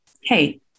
Hey